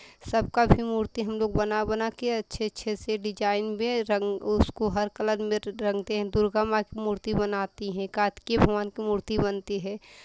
सबका भी मूर्ती हम लोग बना बना के अच्छे अच्छे से डिज़ाइन में रंग उसको हर कलर में रंगते हैं दुर्गा माँ की मूर्ती बनाती है कार्तिकेय भगवान की मूर्ती बनती है